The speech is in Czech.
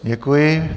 Děkuji.